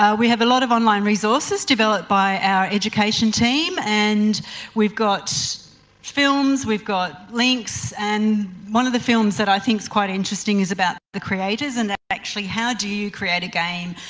we have a lot of online resources developed by our education team and we've got films, we've got links. and one of the films that i think is quite interesting is about the creators and actually how do you create a game?